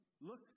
look